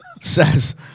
says